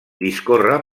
discorre